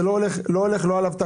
זה לא הולך לא על אבטחה,